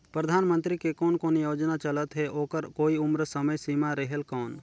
परधानमंतरी के कोन कोन योजना चलत हे ओकर कोई उम्र समय सीमा रेहेल कौन?